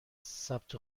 ثبت